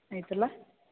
ಆಯ್ತು ಅಲ್ಲಾ